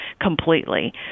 completely